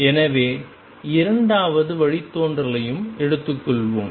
எனவே இரண்டாவது வழித்தோன்றலையும் எடுத்துக் கொள்ளலாம்